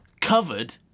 covered